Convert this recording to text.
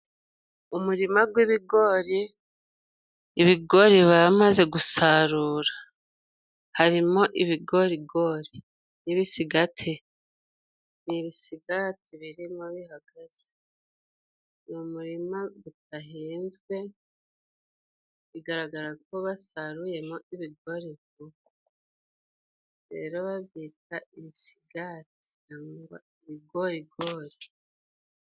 Umurima g'ibigori, ibigori bamaze gusarura harimo ibigorigori n'ibisigati, ni ibisigati birimo bihagaze, ni umurima udahinzwe bigaragara ko basaruyemo ibigori vuba, rero babyita ibisigati cangwa ibigorigori.